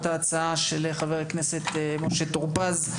אותה הצעה של חבר הכנסת משה טור פז.